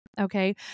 Okay